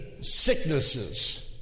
sicknesses